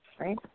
right